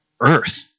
earth